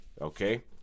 okay